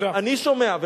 אני שומע.